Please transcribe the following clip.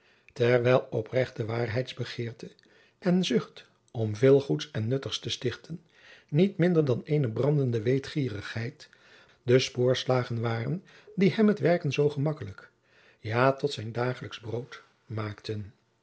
terwijl oprechte waarheidsbegeerte en zucht om veel goeds en nuttigs te stichten niet minder dan eene brandende weetgierigheid de spoorslagen waren die hem het werken zoo gemakkelijk ja tot zijn daaglijksch brood maakten